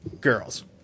girls